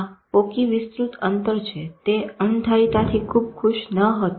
આ પોકી વિસ્તૃત અંતર તે આ અણધારીતાથી ખુબ ખુશ ન હતો